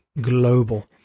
global